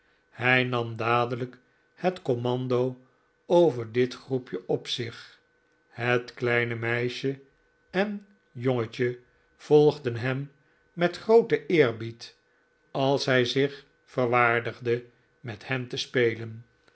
hij nam dadelijk het commando over dit groepje op zich het kleine meisje en jongetje volgden hem met grooten eerbied als hij zich verwaardigde met hen te spelen